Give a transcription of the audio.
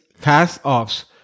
cast-offs